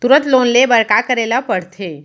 तुरंत लोन ले बर का करे ला पढ़थे?